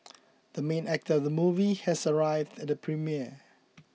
the main actor of the movie has arrived at the premiere